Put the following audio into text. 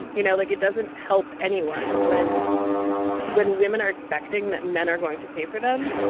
you know like it doesn't help anyone when when women are expecting that men are going to pay for them.